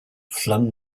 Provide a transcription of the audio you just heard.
flung